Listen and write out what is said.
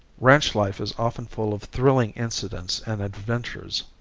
ranch life is often full of thrilling incidents and adventures.